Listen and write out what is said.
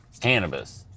cannabis